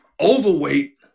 overweight